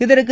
இதற்கு